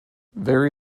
very